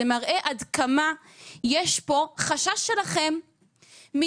זה מראה עד כמה יש פה חשש שלכם מדיון